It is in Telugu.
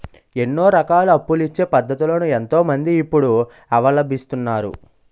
ఎన్నో రకాల అప్పులిచ్చే పద్ధతులను ఎంతో మంది ఇప్పుడు అవలంబిస్తున్నారు